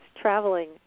traveling